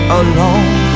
alone